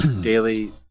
daily